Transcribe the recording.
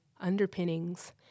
underpinnings